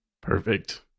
Perfect